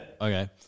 Okay